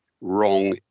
wrong